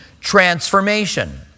Transformation